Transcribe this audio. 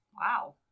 Wow